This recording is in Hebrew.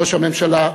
ראש הממשלה,